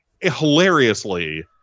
hilariously